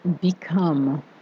become